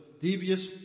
devious